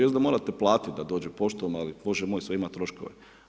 Jest da morate platiti da dođe poštom, ali Bože moj, sve ima troškove.